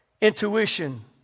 intuition